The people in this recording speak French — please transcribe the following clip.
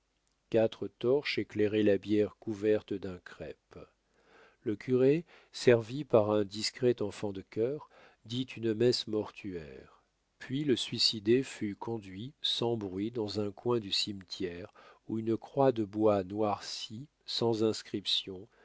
quatre torches éclairaient la bière couverte d'un crêpe le curé servi par un discret enfant de chœur dit une messe mortuaire puis le suicidé fut conduit sans bruit dans un coin du cimetière où une croix de bois noirci sans inscription